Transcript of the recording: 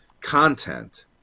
content